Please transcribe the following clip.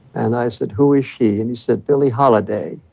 and i said, who is she? and he said, billie holiday.